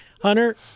Hunter